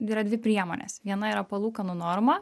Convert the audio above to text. yra dvi priemonės viena yra palūkanų norma